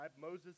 Moses